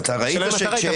השאלה אם אתה ראית.